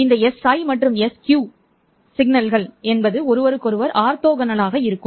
இந்த sI மற்றும் sQ சமிக்ஞைகள் ஒருவருக்கொருவர் ஆர்த்தோகனலாக இருக்கும்